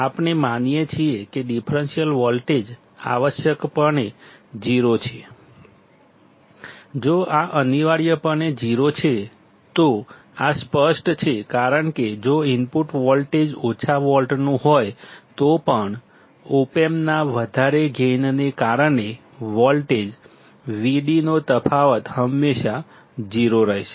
આપણે માનીએ છીએ કે ડિફરન્સીયલ વોલ્ટેજ આવશ્યકપણે 0 છે જો આ અનિવાર્યપણે 0 છે તો આ સ્પષ્ટ છે કારણ કે જો ઇનપુટ વોલ્ટેજ ઓછા વોલ્ટનું હોય તો પણ ઓપ એમ્પના વધારે ગેઇનને કારણે વોલ્ટેજ Vd નો તફાવત હંમેશા 0 રહેશે